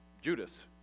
Judas